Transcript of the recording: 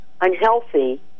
unhealthy